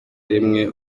rimwe